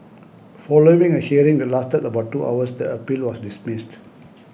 following a hearing that lasted about two hours the appeal was dismissed